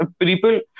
people